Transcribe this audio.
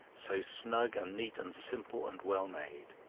so snug and neat and simple and well made.